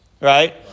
Right